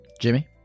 Jimmy